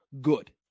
Good